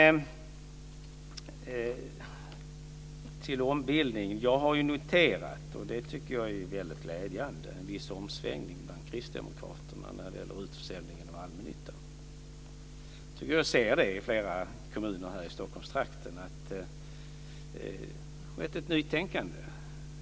I fråga om ombildningen har jag, och detta tycker jag är väldigt glädjande, noterat en viss omsvängning bland Kristdemokraterna när det gäller utförsäljningen av allmännyttan. Jag tycker mig se att det i flera kommuner i Stockholmstrakten har skett ett nytänkande.